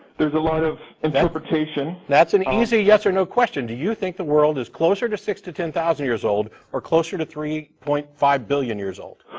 there's a lot of. interpretation. that's an easy yes or no question. do you think the world is closer to six to ten thousand years old or closer to three point five billion years old?